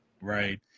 Right